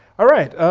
all right,